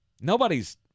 nobody's